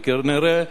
וכנראה